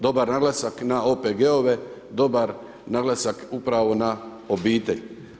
Dobar naglasak na OPG-ove, dobar naglasak, upravo na obitelj.